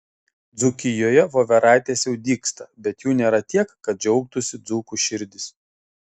dzūkijoje voveraitės jau dygsta bet jų nėra tiek kad džiaugtųsi dzūkų širdys